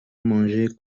mangée